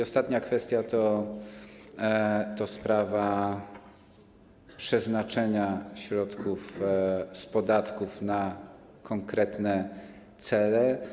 Ostatnia kwestia to sprawa przeznaczenia środków z podatków na konkretne cele.